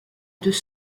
deux